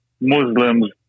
Muslims